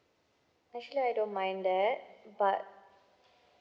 actually I don't mind that but